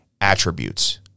attributes